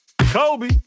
Kobe